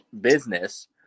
business